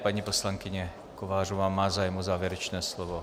Paní poslankyně Kovářová má zájem o závěrečné slovo.